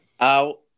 out